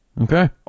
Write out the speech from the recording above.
Okay